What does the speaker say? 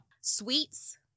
sweets